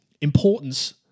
importance